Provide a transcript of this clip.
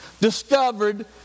discovered